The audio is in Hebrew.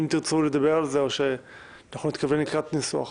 אם תרצו לדבר על זה או שנתקדם לקראת ניסוח.